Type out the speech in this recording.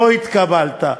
לא התקבלת.